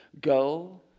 go